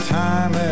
time